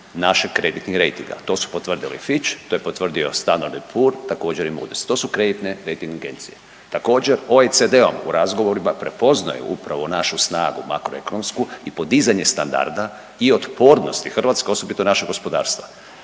našeg kreditnih rejtinga. To su potvrdili Fitch, to je potvrdio Standard & Poor, također i Moody's. To su kreditne rejting agencije. Također, OECD-om u razgovorima prepoznaju upravo našu snagu makroekonomsku i podizanje standarda i otpornosti Hrvatske, osobito našeg gospodarstva.